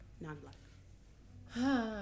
non-black